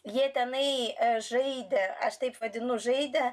jie tenai žaidė aš taip vadinu žaidė